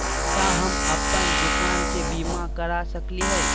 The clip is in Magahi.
का हम अप्पन दुकान के बीमा करा सकली हई?